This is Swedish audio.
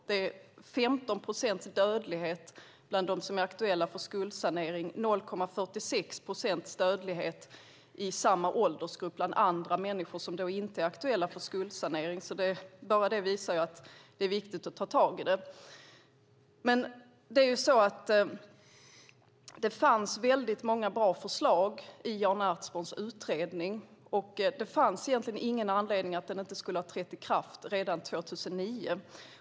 Det är 15 procents dödlighet bland dem som är aktuella för skuldsanering och 0,46 procents dödlighet i samma åldersgrupp bland människor som inte är aktuella för skuldsanering. Redan detta visar att det är viktigt att ta tag i det här. Det fanns många bra förslag i Jan Ertsborns utredning. Det fanns egentligen ingen anledning till att detta inte skulle ha trätt i kraft redan 2009.